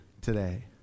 today